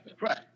right